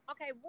Okay